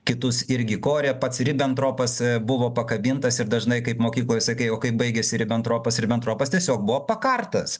kitus irgi korė pats ribentropas buvo pakabintas ir dažnai kaip mokykloj sakai o kaip baigėsi ribentropas ribentropas tiesiog buvo pakartas